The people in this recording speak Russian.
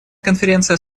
конференция